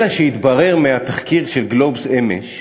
אלא שהתברר מהתחקיר של "גלובס" אמש,